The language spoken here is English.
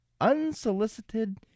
unsolicited